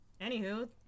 anywho